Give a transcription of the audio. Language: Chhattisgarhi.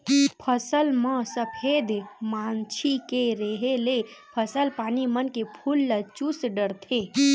फसल म सफेद मांछी के रेहे ले फसल पानी मन के फूल ल चूस डरथे